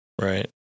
Right